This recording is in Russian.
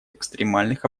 экстремальных